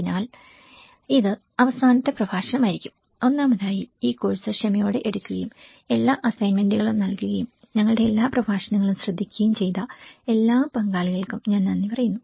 അതിനാൽ ഇത് അവസാനത്തെ പ്രഭാഷണമായിരിക്കും ഒന്നാമതായി ഈ കോഴ്സ് ക്ഷമയോടെ എടുക്കുകയും എല്ലാ അസൈൻമെന്റുകളും നൽകുകയും ഞങ്ങളുടെ എല്ലാ പ്രഭാഷണങ്ങളും ശ്രദ്ധിക്കുകയും ചെയ്ത എല്ലാ പങ്കാളികൾക്കും ഞാൻ നന്ദി പറയുന്നു